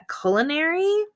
culinary